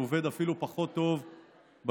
הוא עובד אפילו פחות טוב בפריפריה.